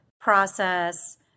process